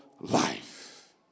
life